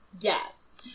Yes